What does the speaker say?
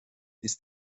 ist